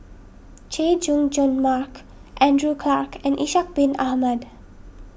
Chay Jung Jun Mark Andrew Clarke and Ishak Bin Ahmad